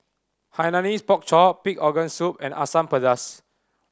Hainanese Pork Chop pig organ soup and Asam Pedas